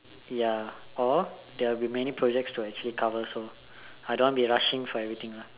ya or there will be many projects to actually cover so I don't want be rushing for everything lah